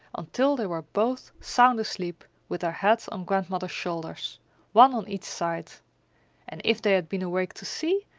until they were both sound asleep with their heads on grandmother's shoulders one on each side and if they had been awake to see,